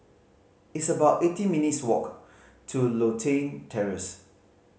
it's about eighteen minutes' walk to Lothian Terrace